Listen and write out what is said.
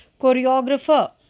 choreographer